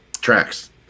Tracks